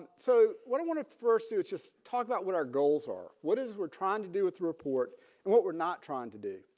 so what i want to first you just talk about what our goals are. what is we're trying to do with the report and what we're not trying to do.